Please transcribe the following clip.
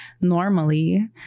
Normally